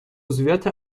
عضویت